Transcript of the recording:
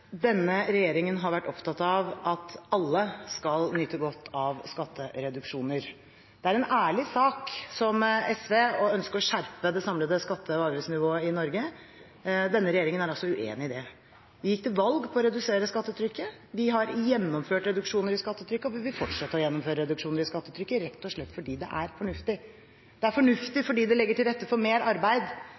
Denne regjeringen har vært opptatt av at alle skal nyte godt av skattereduksjoner. Det er en ærlig sak – som SV – å ønske å skjerpe det samlede skatte- og avgiftsnivået i Norge. Denne regjeringen er altså uenig i det. Vi gikk til valg på å redusere skattetrykket, vi har gjennomført reduksjoner i skattetrykket, og vi vil fortsette å gjennomføre reduksjoner i skattetrykket, rett og slett fordi det er fornuftig. Det er fornuftig fordi det legger til rette for mer arbeid,